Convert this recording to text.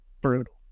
brutal